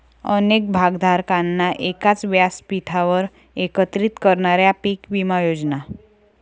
अनेक भागधारकांना एकाच व्यासपीठावर एकत्रित करणाऱ्या पीक विमा योजना